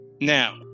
now